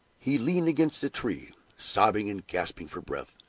he leaned against a tree, sobbing and gasping for breath,